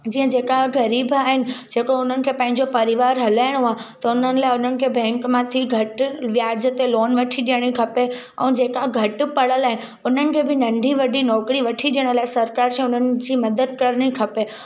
जीअं जेका ग़रीब आहिनि जेको उन्हनि खे पंहिंजो परिवार हलाइणो आहे त उन्हनि लाइ उन्हनि खे बैंक मां थी घटि ब्याज ते लोन वठी ॾेयणी खपे ऐं जेका घटि पढ़ियल आहिनि उन्हनि खे बि नंढी वॾी नौकिरी वठी ॾेयण लाइ सरकार जे उन्हनि जी मदद करिणी खपे